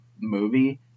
movie